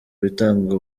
bitangwa